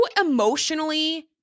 emotionally